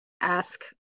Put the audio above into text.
ask